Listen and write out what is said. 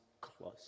close